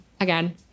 again